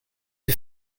the